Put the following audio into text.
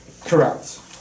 Correct